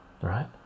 right